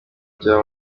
bya